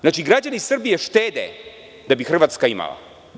Znači, građani Srbije štede da bi Hrvatska imala.